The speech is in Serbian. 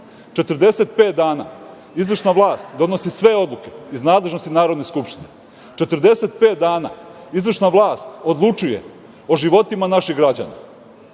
pet dana izvršna vlast donosi sve odluke iz nadležnosti Narodne skupštine. Četrdeset pet dana izvršna vlast odlučuje o životima naših građana,